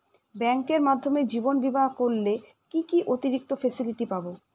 ব্যাংকের মাধ্যমে জীবন বীমা করলে কি কি অতিরিক্ত ফেসিলিটি পাব?